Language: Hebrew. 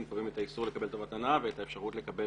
הם קובעים את האיסור לקבל את המתנה ואת האפשרות לקבל